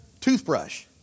toothbrush